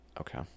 Okay